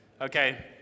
Okay